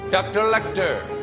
dr. lecter,